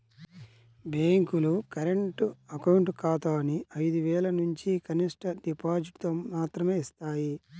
బ్యేంకులు current account ఖాతాని ఐదు వేలనుంచి కనిష్ట డిపాజిటుతో మాత్రమే యిస్తాయి